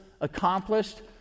accomplished